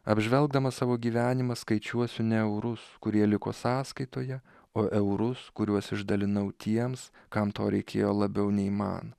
apžvelgdamas savo gyvenimą skaičiuosiu ne eurus kurie liko sąskaitoje o eurus kuriuos išdalinau tiems kam to reikėjo labiau nei man